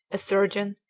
a surgeon,